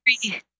three